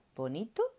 bonito